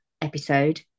episode